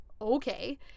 Okay